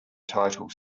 title